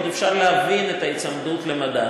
עוד אפשר להבין את ההיצמדות למדד,